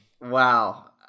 Wow